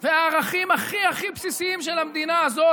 והערכים הכי הכי בסיסיים של המדינה הזאת.